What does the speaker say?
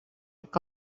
que